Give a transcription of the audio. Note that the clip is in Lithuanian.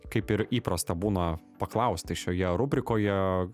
kaip ir įprasta būna paklausti šioje rubrikoje